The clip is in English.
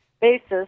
basis